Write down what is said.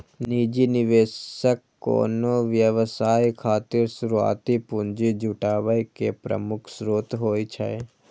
निजी निवेशक कोनो व्यवसाय खातिर शुरुआती पूंजी जुटाबै के प्रमुख स्रोत होइ छै